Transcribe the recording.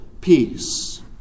peace